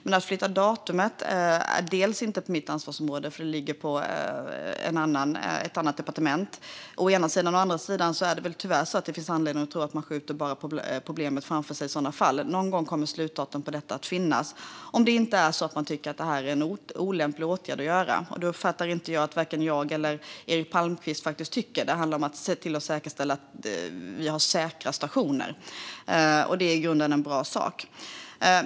Men att flytta fram datumet är inte på mitt ansvarsområde, för det ligger på ett annat departement. Sedan finns det tyvärr anledning att tro att man i så fall bara skulle skjuta problemet framför sig. Någon gång kommer ett slutdatum för detta att finnas, om det inte är så att man tycker att detta är en olämplig åtgärd att göra. Men det uppfattar jag att varken jag eller Erik Palmqvist faktiskt tycker. Det handlar om att säkerställa att vi har säkra stationer, och det är i grunden en bra sak.